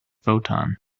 photon